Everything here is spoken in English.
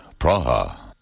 Praha